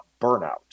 burnout